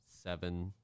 Seven